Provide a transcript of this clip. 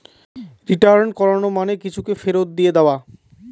return করানো মানে কিছুকে ফেরত দিয়ে দেওয়া